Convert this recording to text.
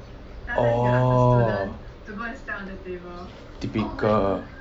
orh typical